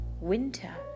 winter